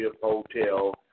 hotel